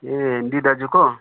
ए हेन्डी दाजु को